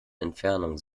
entfernung